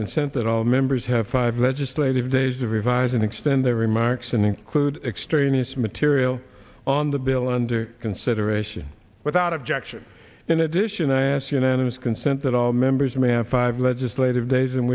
consent that all members have five legislative days to revise and extend their remarks and include extraneous material on the bill under consideration without objection in addition i ask unanimous consent that all members may have five legislative days